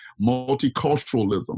multiculturalism